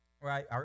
right